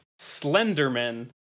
Slenderman